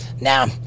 Now